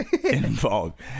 involved